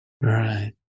Right